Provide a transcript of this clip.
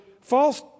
false